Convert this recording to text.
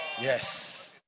Yes